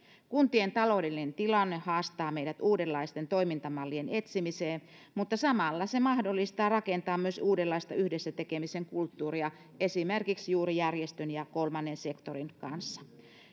kuntien taloudellinen tilanne haastaa meidät uudenlaisten toimintamallien etsimiseen mutta samalla se mahdollistaa myös uudenlaisen yhdessä tekemisen kulttuurin rakentamisen esimerkiksi juuri järjestöjen ja kolmannen sektorin kanssa